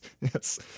yes